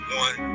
one